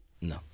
No